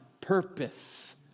purpose